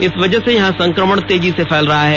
इस वजह से यहां संक्रमण तेजी से फैल रहा है